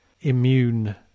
immune